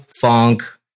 funk